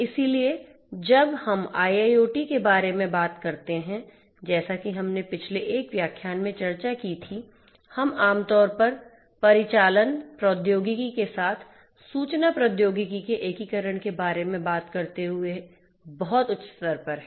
इसलिए जब हम IIoT के बारे में बात करते हैं जैसा कि हमने पिछले एक व्याख्यान में चर्चा की थी हम आम तौर पर परिचालन प्रौद्योगिकी के साथ सूचना प्रौद्योगिकी के एकीकरण के बारे में बात करते हुए बहुत उच्च स्तर पर हैं